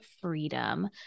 freedom